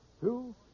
Two